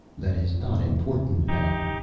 that is not important now,